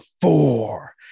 four